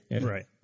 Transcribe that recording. Right